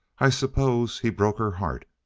i suppose he broke her heart?